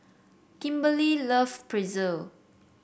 Kimberly love Pretzel